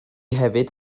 hefyd